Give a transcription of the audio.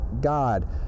God